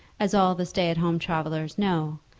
as all the stay-at-home travellers know,